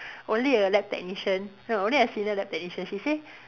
only a lab technician no only a senior lab technician she say